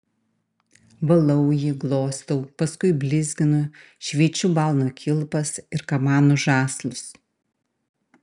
valau jį glostau paskui blizginu šveičiu balno kilpas ir kamanų žąslus